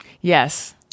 Yes